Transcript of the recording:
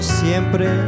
siempre